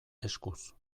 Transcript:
eskuz